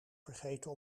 vergeten